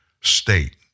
state